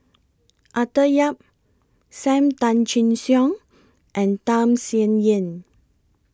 Arthur Yap SAM Tan Chin Siong and Tham Sien Yen